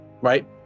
right